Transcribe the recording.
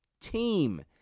team